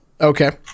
Okay